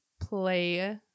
play